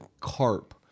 carp